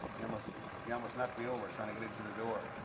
he almost he almost knocked me over trying to get into the door.